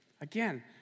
again